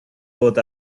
both